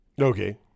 Okay